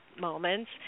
moments